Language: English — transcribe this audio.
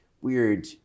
weird